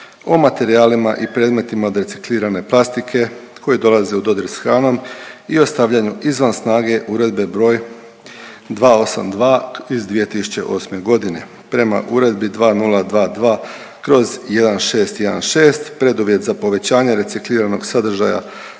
o materijalima i predmetima od reciklirane plastike koji dolaze u dodir s hranom i o stavljanju izvan snage Uredbe br. 282 iz 2008. godine. Prema Uredbi 2022/1616 preduvjet za povećanje recikliranog sadržaja